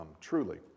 truly